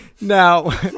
Now